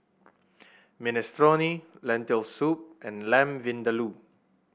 Minestrone Lentil Soup and Lamb Vindaloo